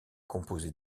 composée